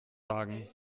sagen